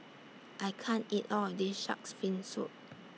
I can't eat All of This Shark's Fin Soup